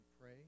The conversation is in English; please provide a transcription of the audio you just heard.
pray